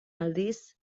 aldiz